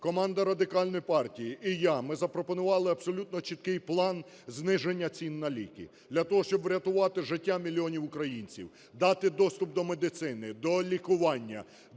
Команда Радикальної партії і я, ми запропонували абсолютно чіткий план зниження цін на ліки для того, щоб врятувати життя мільйонів українців, дати доступ до медицини, до лікування,